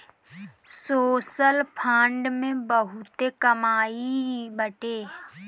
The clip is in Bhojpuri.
सोशल फंड में बहुते कमाई बाटे